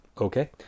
Okay